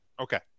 Okay